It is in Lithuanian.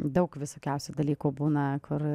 daug visokiausių dalykų būna kur